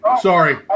Sorry